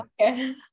Okay